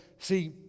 See